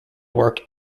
work